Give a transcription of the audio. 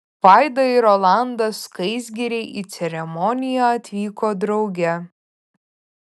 vaida ir rolandas skaisgiriai į ceremoniją atvyko drauge